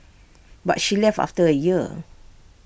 but she left after A year